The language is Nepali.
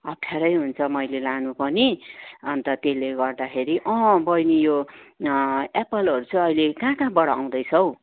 अप्ठ्यारै हुन्छ मैले लानु पनि अन्त त्यसले गर्दाखेरि बहिनी यो एप्पलहरू चाहिँ अहिले कहाँ कहाँबाट आउँदैछ हौ